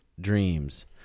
dreams